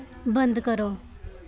बंद करो